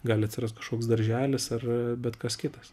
gali atsirast kažkoks darželis ar bet kas kitas